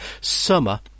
summer